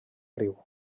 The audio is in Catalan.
riu